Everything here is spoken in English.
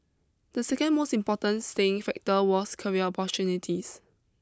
the second most important staying factor was career opportunities